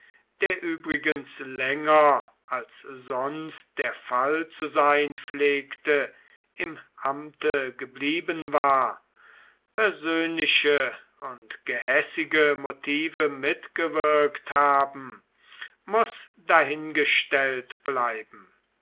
der übrigens länger als sonst der fall zu sein pflegte im amte geblieben war persönliche und gehässige motive mitgewirkt haben muß dahingestellt bleiben